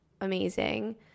amazing